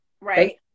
right